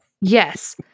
Yes